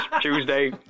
Tuesday